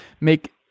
make